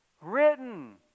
written